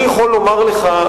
אני יכול לומר לך,